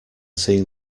seeing